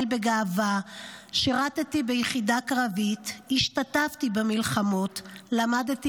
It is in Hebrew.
בגאווה / שירתִּי ביחידה קרבית / השתתפתי במלחמות / למדתי